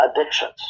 addictions